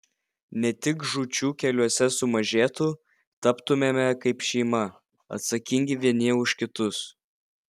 ne tik žūčių keliuose sumažėtų taptumėme kaip šeima atsakingi vieni už kitus